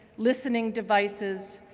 listening devices,